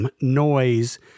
noise